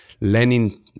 Lenin